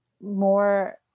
more